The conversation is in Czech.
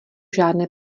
žádné